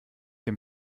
dem